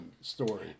story